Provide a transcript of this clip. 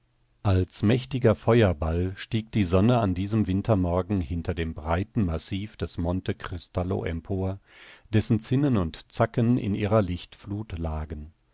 als mächtiger feuerball stieg die sonne an diesem wintermorgen hinter dem breiten massiv des monte cristallo empor dessen zinnen und zacken in ihrer lichtflut lagen